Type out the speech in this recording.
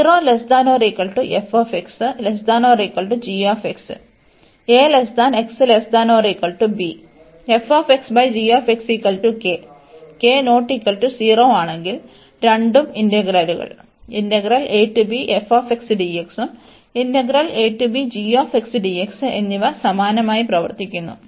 k ≠ 0 ആണെങ്കിൽ രണ്ടും ഇന്റഗ്രലുകൾ ഉം എന്നിവ സമാനമായി പ്രവർത്തിക്കുന്നു